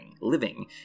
living